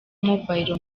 mobile